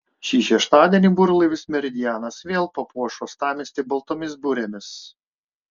šį šeštadienį burlaivis meridianas vėl papuoš uostamiestį baltomis burėmis